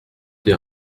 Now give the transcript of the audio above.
des